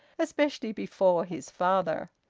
especially before his father,